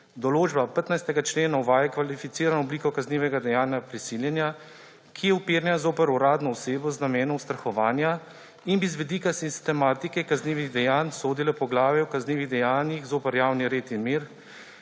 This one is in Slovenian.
Določba 15. člena uvaja kvalificirano obliko kaznivega dejanja prisiljenja, ki je uperjena zoper uradno osebo z namenom ustrahovanja in bi z vidika sistematike kaznivih dejanj sodila v poglavje o kaznivih dejanjih zoper javni red in mir,